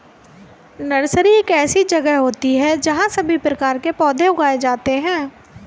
nursery एक ऐसी जगह होती है जहां सभी प्रकार के पौधे उगाए जाते हैं